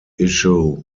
issue